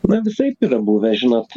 na visaip yra buvę žinot